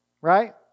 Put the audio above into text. Right